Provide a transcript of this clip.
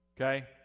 Okay